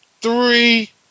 three